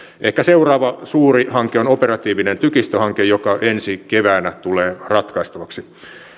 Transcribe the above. ehkä seuraava suuri hanke on operatiivinen tykistöhanke joka ensi keväänä tulee ratkaistavaksi